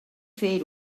fer